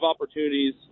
opportunities